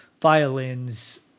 violins